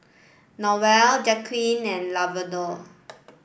Noelle Jaqueline and Lavonda